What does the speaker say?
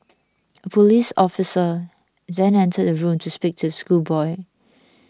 a police officer then entered the room to speak to the schoolboy